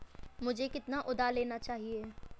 मुझे कितना उधार लेना चाहिए?